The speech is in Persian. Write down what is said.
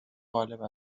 غالب